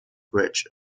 bridge